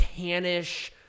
tannish